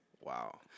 Wow